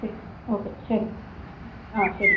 ശരി ഓക്കെ ശരി ആ ശരി